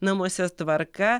namuose tvarka